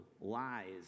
lies